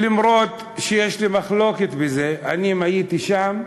אף-על-פי שיש לי מחלוקת בזה, אני, אם הייתי שם,